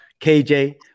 KJ